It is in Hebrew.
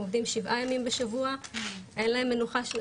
עובדים שבעה ימים בשבוע ואין להם מנוחה,